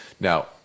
Now